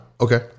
Okay